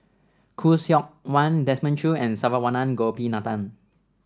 Khoo Seok Wan Desmond Choo and Saravanan Gopinathan